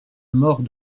mort